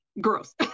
Gross